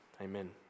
amen